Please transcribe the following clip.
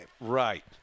Right